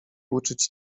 uczyć